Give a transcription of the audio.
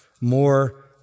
more